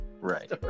Right